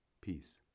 peace